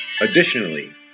Additionally